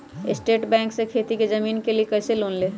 State Bank से खेती की जमीन के लिए कैसे लोन ले?